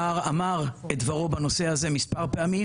כבר אמר את דברו בנושא הזה מספר פעמים